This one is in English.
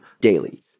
daily